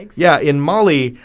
yeah, in mali,